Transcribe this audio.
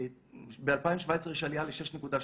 ב-2017 יש עלייה ל-6.2.